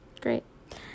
great